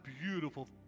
beautiful